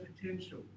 potential